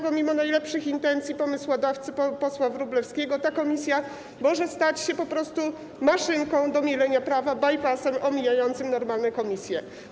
Pomimo najlepszych intencji pomysłodawcy posła Wróblewskiego ta komisja może stać się po prostu maszynką do mielenia prawa, by-passem omijającym normalne komisje.